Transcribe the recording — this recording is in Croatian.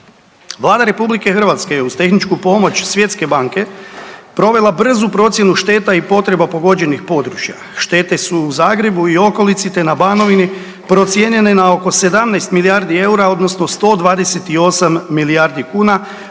Vlada RH je uz tehničku pomoć Svjetske banke provela brzu procjenu šteta i potreba pogođenih područja. Štete su u Zagrebu i okolici te na Banovini procijenjene na oko 17 milijardi eura, odnosno 128 milijardi kuna,